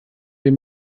wir